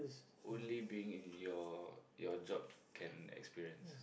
only being in your your job can experience